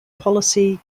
policy